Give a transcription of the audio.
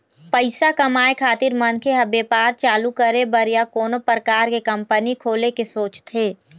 पइसा कमाए खातिर मनखे ह बेपार चालू करे बर या कोनो परकार के कंपनी खोले के सोचथे